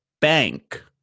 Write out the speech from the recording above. bank